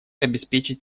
обеспечить